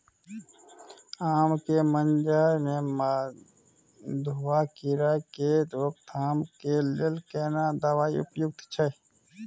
आम के मंजर में मधुआ कीरा के रोकथाम के लेल केना दवाई उपयुक्त छै?